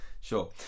Sure